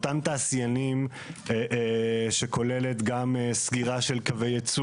בכל תהליך החקיקה וגם אחריו התנהל דין ודברים בין